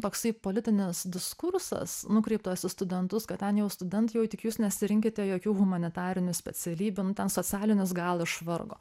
toksai politinis diskursas nukreiptas į studentus kad ten jau studentai jau tik jūs nesirinkite jokių humanitarinių specialybių nu ten socialines gal iš vargo